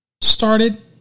started